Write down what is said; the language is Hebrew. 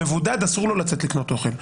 מבודד, אסור לו לצאת לקנות אוכל.